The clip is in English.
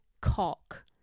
Cock